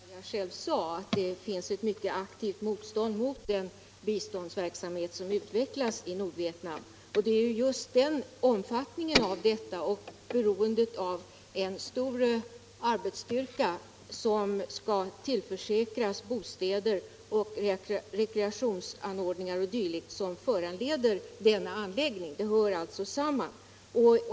Herr talman! Herr Hernelius bekräftar ju bara vad jag själv sade, nämligen att det finns ett mycket aktivt motstånd mot den biståndsverksamhet som utvecklas i Nordvietnam. Det är just omfattningen av verksamheten och beroendet av en stor arbetsstyrka, som skall tillförsäkras bostäder och rekreationsanordningar o. d., som föranleder denna anläggning. Det hör alltså samman.